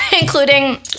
including